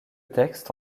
texte